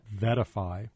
Vetify